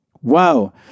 Wow